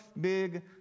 big